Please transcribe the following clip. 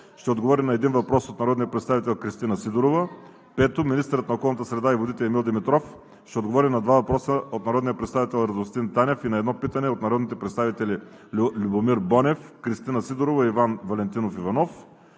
ще отговори на един въпрос от народния представител Кристина Сидорова. 5. Министърът на околната среда и водите Емил Димитров ще отговори на два въпроса от народния представител Радостин Танев и на едно питане от народните представители Любомир Бонев, Кристина Сидорова и Иван Валентинов Иванов.